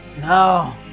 No